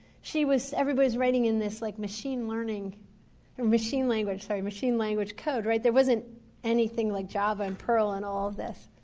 she was everybody's writing in this like machine learning or machine language sorry, machine language code, right? there wasn't anything like java and pearl and all of this.